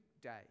Day